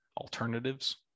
alternatives